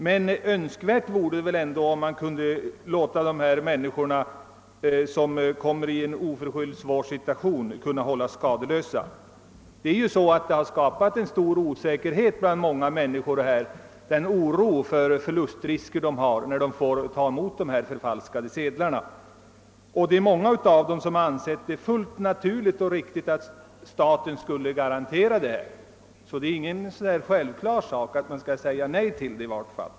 Men önskvärt vore väl ändå att man kunde hålla dessa människor, som oförskyllt kommer i en svår situation, skadeslösa. Det har ju skapats en stor osäkerhet — en oro för de förlustrisker som finns när man tar emot sedlar som kan vara förfalskade — och många har ansett det fullt naturligt och riktigt att staten skulle ge en garanti härvidlag. Det är alltså ingen självklar sak att man skall säga nej till detta.